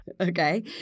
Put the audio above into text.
Okay